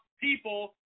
people